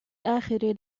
آخر